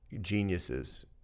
geniuses